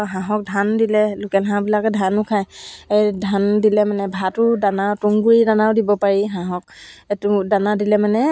মাৰ পৰা শিকিছিলোঁ যদিও শেষত ইউটিউবৰ পৰা চাই চাই চাই চাই মানে বহুতখিনিয়ে মই পৰা হৈ গ'লোঁ চিলাই কাম